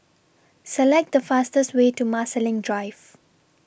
Select The fastest Way to Marsiling Drive